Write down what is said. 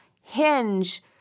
hinge